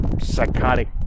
psychotic